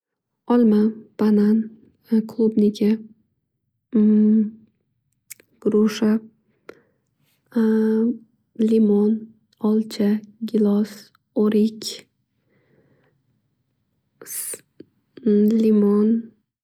Olma, banan, klubnika, grusha, limon, olcha, gilos, o'rik, limon